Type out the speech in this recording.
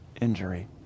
injury